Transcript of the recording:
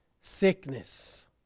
sickness